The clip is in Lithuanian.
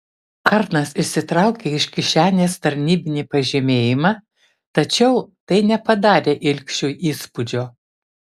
arnas išsitraukė iš kišenės tarnybinį pažymėjimą tačiau tai nepadarė ilgšiui įspūdžio